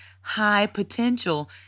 high-potential